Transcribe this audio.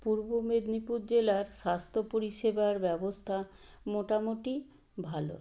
পূর্ব মেদিনীপুর জেলার স্বাস্থ্য পরিষেবার ব্যবস্থা মোটামুটি ভালো